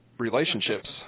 relationships